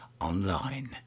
online